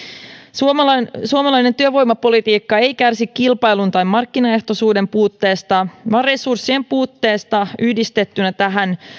suomalainen suomalainen työvoimapolitiikka ei kärsi kilpailun tai markkinaehtoisuuden puutteesta vaan resurssien puutteesta yhdistettynä tähän